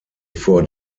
vor